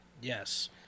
yes